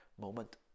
moment